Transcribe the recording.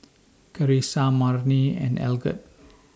Charissa Marni and Algot